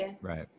Right